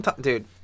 Dude